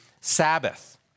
Sabbath